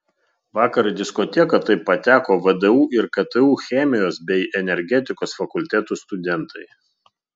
vakar į diskoteką taip pateko vdu ir ktu chemijos bei energetikos fakultetų studentai